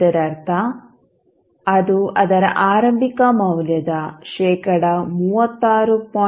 ಇದರರ್ಥ ಅದು ಅದರ ಆರಂಭಿಕ ಮೌಲ್ಯದ ಶೇಕಡಾ 36